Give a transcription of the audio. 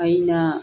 ꯑꯩꯅ